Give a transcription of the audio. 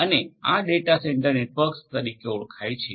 અને આ data centre network તરીકે ઓળખાય છે